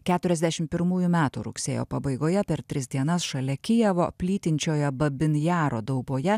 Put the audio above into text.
keturiasdešimt pirmųjų metų rugsėjo pabaigoje per tris dienas šalia kijevo plytinčioje babin jaro dauboje